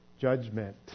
judgment